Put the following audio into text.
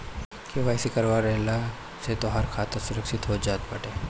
KYC करवा लेहला से तोहार खाता सुरक्षित हो जात बाटे